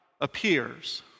appears